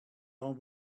are